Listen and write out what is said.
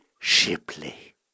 Shipley